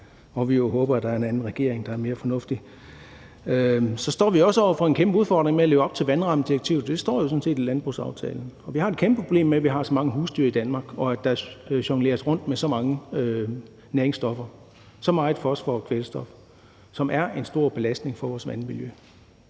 vi jo håber, der er en anden regering, der er mere fornuftig. Så står vi også over for en kæmpe udfordring med at leve op til vandrammedirektivet; det står jo sådan set i landbrugsaftalen. Og vi har et kæmpeproblem med, at vi har så mange husdyr i Danmark, og at der jongleres rundt med så mange næringsstoffer, så meget fosfor og kvælstof, som er en stor belastning for vores vandmiljø.